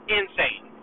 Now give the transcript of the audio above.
insane